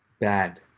bad.